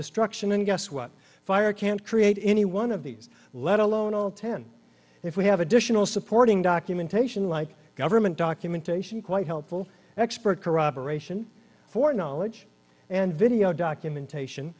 destruction and guess what fire can't create any one of these let alone all ten if we have additional supporting documentation like government documentation quite helpful expert corroboration for knowledge and video documentation